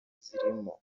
zirimo